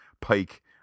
pike